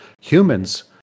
humans